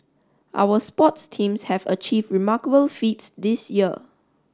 our sports teams have achieved remarkable feats this year